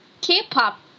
K-pop